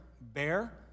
Bear